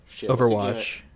overwatch